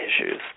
issues